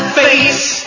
face